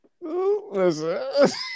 Listen